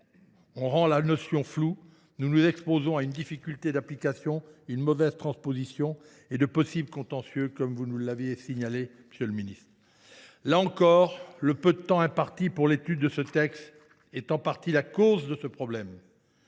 ou rend la notion floue, elle nous expose à une difficulté d’application, à une mauvaise transposition et à de possibles contentieux, comme vous nous l’aviez signalé, monsieur le ministre. Là encore, le peu de temps que nous avons eu pour l’étude de ce texte est en partie la cause du problème.